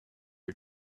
are